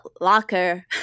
locker